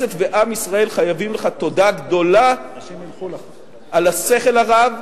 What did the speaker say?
הכנסת ועם ישראל חייבים לך תודה גדולה על השכל הרב,